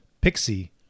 Pixie